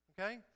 Okay